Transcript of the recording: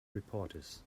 reporters